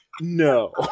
no